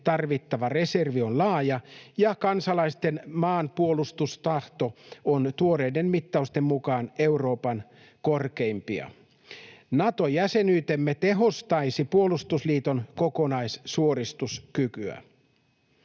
tarvittava reservi on laaja ja kansalaisten maanpuolustustahto on tuoreiden mittausten mukaan Euroopan korkeimpia. Nato-jäsenyytemme tehostaisi puolustusliiton kokonaissuorituskykyä.